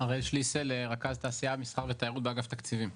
אני רכז תעשיה מסחר ותיירות באגף תקציבים.